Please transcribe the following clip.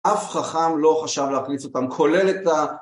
אף חכם לא חשב להכניס אותם, כולל את ה...